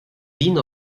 vint